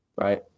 right